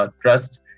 trust